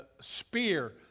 spear